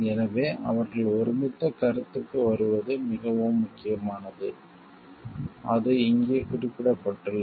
எனவே அவர்கள் ஒருமித்த கருத்துக்கு வருவது மிகவும் முக்கியமானது அது இங்கே குறிப்பிடப்பட்டுள்ளது